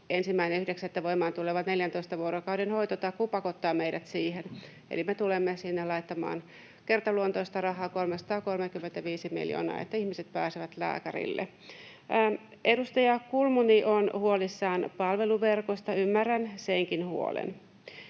1.9. voimaan tuleva 14 vuorokauden hoitotakuu pakottaa meidät siihen. Eli me tulemme sinne laittamaan kertaluontoista rahaa 335 miljoonaa, että ihmiset pääsevät lääkärille. Edustaja Kulmuni on huolissaan palveluverkosta, ymmärrän senkin huolen.